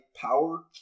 power